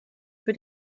für